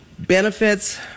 Benefits